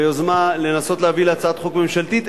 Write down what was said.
ביוזמה לנסות להביא להצעת חוק ממשלתית,